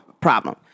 problem